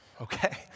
okay